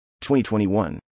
2021